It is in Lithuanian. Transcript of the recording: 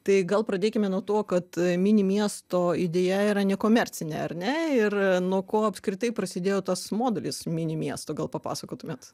tai gal pradėkime nuo to kad mini miesto idėja yra nekomercinė ar ne ir nuo ko apskritai prasidėjo tas modelis mini miesto gal papasakotumėt